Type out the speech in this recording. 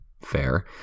fair